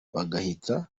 bagahita